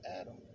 Adam